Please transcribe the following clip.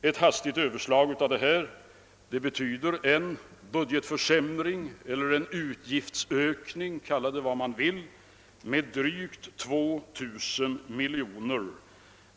Ett hastigt överslag ger vid handen att förslagen innebär en budgetförsämring eller en utgiftsökning — man må kalla det vad man vill — med drygt 2000 miljoner.